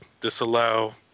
disallow